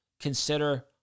consider